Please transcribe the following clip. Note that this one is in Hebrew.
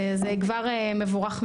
וזה כבר מבורך מאוד.